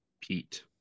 Pete